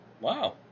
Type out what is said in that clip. Wow